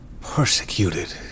persecuted